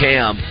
Cam